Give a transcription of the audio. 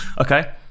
okay